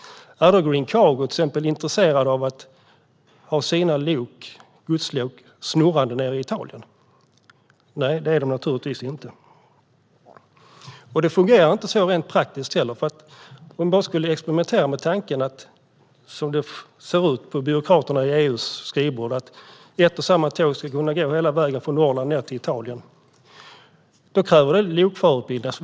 Är då Green Cargo till exempel intresserat av att ha sina godslok snurrande nere i Italien? Nej, det är man naturligtvis inte. Det fungerar inte rent praktiskt heller. Vi kan experimentera med tanken, som den ser ut på skrivbordet hos byråkraterna i EU, att ett och samma tåg ska kunna gå hela vägen från Norrland ned till Italien. Då krävs det lokförarutbildning.